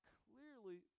clearly